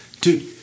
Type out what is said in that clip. dude